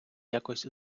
якось